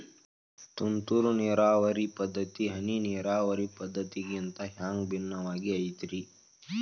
ತುಂತುರು ನೇರಾವರಿ ಪದ್ಧತಿ, ಹನಿ ನೇರಾವರಿ ಪದ್ಧತಿಗಿಂತ ಹ್ಯಾಂಗ ಭಿನ್ನವಾಗಿ ಐತ್ರಿ?